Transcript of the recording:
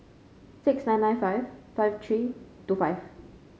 six nine nine five five three two five